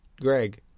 Greg